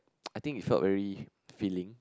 I think you felt very filling